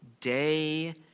day